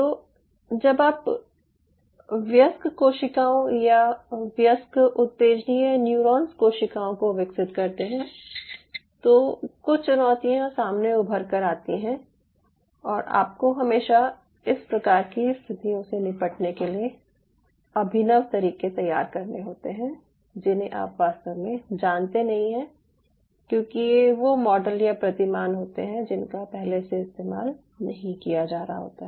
तो जब आप वयस्क कोशिकाओं या वयस्क उत्तेजनीय न्यूरॉन्स कोशिकाओं को विकसित करते हैं तो कुछ चुनौतियां सामने उभर कर आती हैं और आपको हमेशा इस प्रकार की स्थितियों से निपटने के लिए अभिनव तरीके तैयार करने होते हैं जिन्हें आप वास्तव में जानते नहीं हैं क्योंकि ये वो मॉडल या प्रतिमान होते हैं जिनका पहले से इस्तेमाल नहीं किया जा रहा होता है